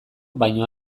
baino